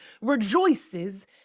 rejoices